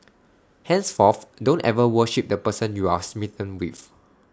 henceforth don't ever worship the person you're smitten with